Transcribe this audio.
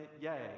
yay